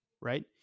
right